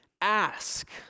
ask